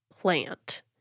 plant